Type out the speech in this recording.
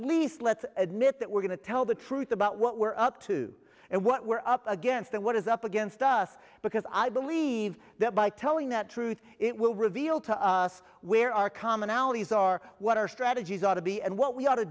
least let's admit that we're going to tell the truth about what we're up to and what we're up against and what is up against us because i believe that by telling the truth it will reveal to us where our commonalities are what our strategies ought to be and what we ought to